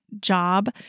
job